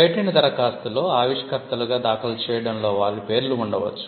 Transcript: వ్యక్తి దరఖాస్తు చేసుకోవచ్చు